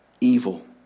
evil